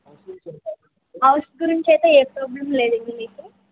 house గురించైతే ఏ problem లేదండి మీకు